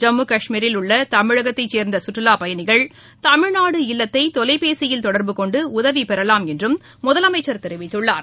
ஜம்மு கஷ்மீரில் உள்ள தமிழகத்தை சேர்ந்த சுற்றுவாப்பயணிகள் தமிழ்நாடு இல்லத்தை தொலைபேசியில் தொடர்புகொண்டு உதவி பெறலாம் என்றும் தெரிவித்துள்ளார்